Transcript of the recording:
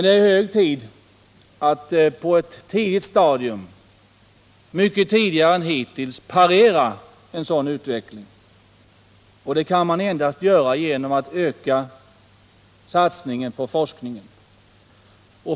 Det är hög tid att på ett mycket tidigare stadium än hittills parera en sådan utveckling, och det kan man endast göra genom att öka satsningen på forskning.